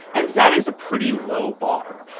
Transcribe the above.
and that is a pretty low bar.